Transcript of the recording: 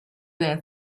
than